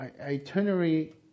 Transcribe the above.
itinerary